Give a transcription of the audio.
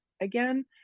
again